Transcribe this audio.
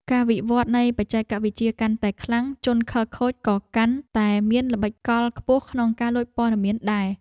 ការវិវត្តន៍នៃបច្ចេកវិទ្យាកាន់តែខ្លាំង ជនខិលខូចក៏កាន់តែមានល្បិចកលខ្ពស់ក្នុងការលួចព័ត៌មានដែរ។